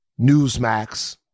Newsmax